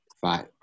five